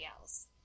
else